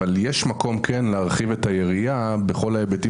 אבל יש מקום כן להרחיב את היריעה בכל ההיבטים